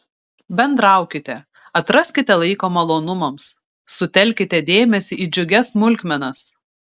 bendraukite atraskite laiko malonumams sutelkite dėmesį į džiugias smulkmenas